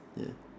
ya